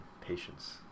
patience